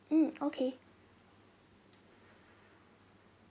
mm okay